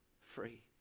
free